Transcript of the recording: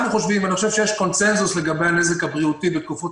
אני חושב שיש קונצנזוס לגבי הנזק הבריאותי בתקופות